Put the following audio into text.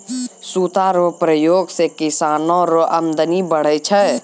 सूता रो प्रयोग से किसानो रो अमदनी बढ़ै छै